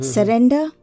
Surrender